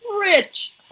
rich